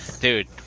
Dude